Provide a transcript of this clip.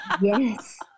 yes